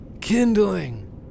Kindling